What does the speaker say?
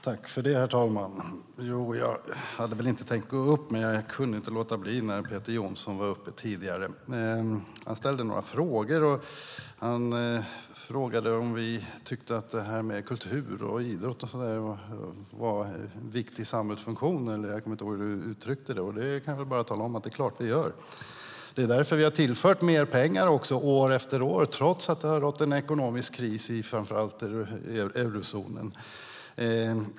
Herr talman! Jag hade inte tänkt gå upp i talarstolen, men jag kunde inte låta bli att anmäla mig när Peter Johnsson var uppe tidigare. Han ställde några frågor och undrade om vi tycker att det här med kultur och idrott är en viktig samhällsfunktion, eller något sådant - jag kommer inte riktigt ihåg hur han uttryckte det. Jag kan bara tala om att det är klart att vi gör det. Det är därför vi har tillfört mer pengar år efter år, trots att det har rått en ekonomisk kris i framför allt eurozonen.